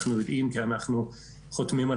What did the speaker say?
אנחנו יודעים כי אנחנו חותמים על